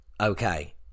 Okay